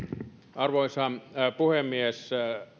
arvoisa puhemies